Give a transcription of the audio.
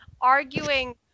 arguing